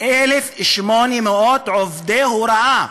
1,800 עובדי הוראה,